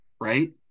right